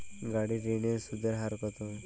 গাড়ির ঋণের সুদের হার কতো?